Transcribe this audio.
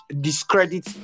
discredit